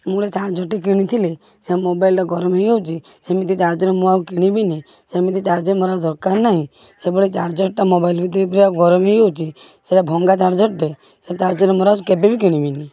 ମୁଁ ଗୋଟେ ଚାର୍ଜର୍ଟେ କିଣିଥିଲି ସେ ମୋବାଇଲ୍ଟା ଗରମ ହେଇଯାଉଛି ସେମିତି ଚାର୍ଜର୍ ମୁଁ ଆଉ କିଣିବିନି ସେମିତି ଚାର୍ଜର୍ ମୋର ଆଉ ଦରକାର ନାହିଁ ସେଭଳି ଚାର୍ଜର୍ଟା ମୋବାଇଲ୍ ଭିତରେ ପୁରା ଗରମ ହୋଇଯାଉଛି ସେଇଟା ଭଙ୍ଗା ଚାର୍ଜର୍ଟେ ସେ ଚାର୍ଜର୍ ମୋର ଆଉ କେବେବି କିଣିବିନି